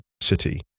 City